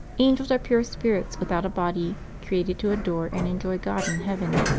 angels are pure spirits without a body, created to adore and enjoy god in heaven.